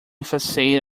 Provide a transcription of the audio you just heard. facade